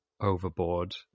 overboard